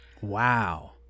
Wow